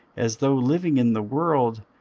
as though living in the world,